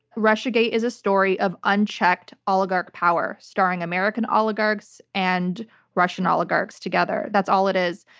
russiagate is a story of unchecked oligarch power starring american oligarchs and russian oligarchs together, that's all it is.